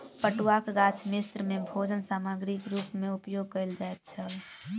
पटुआक गाछ मिस्र में भोजन सामग्री के रूप में उपयोग कयल जाइत छल